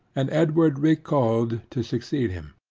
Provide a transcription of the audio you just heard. and edward recalled to succeed him.